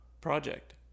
project